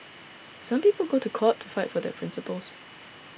some people go to court to fight for their principles